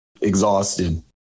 exhausted